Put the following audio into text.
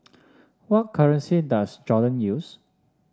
what currency does Jordan use